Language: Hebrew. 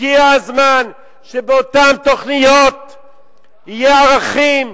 הגיע הזמן שבאותן תוכניות יהיו ערכים,